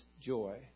joy